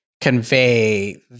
convey